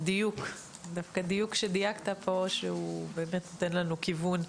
דווקא דיוק שדייקת פה שבאמת אין לנו כיוון,